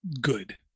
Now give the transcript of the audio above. good